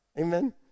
Amen